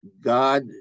God